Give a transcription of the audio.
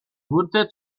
wurde